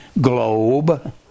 globe